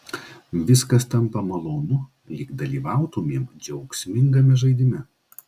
viskas tampa malonu lyg dalyvautumėm džiaugsmingame žaidime